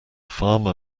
farmer